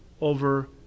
over